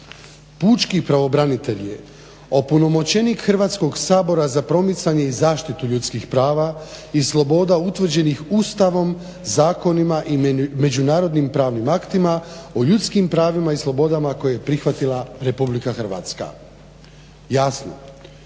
"Pučki pravobranitelj je opunomoćenik Hrvatskog sabora za promicanje i zaštitu ljudskih prava i sloboda utvrđenih Ustavom, zakonima i međunarodnim pravnim aktima o ljudskim pravima i slobodama koje je prihvatila RH". Jasno,